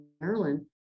Maryland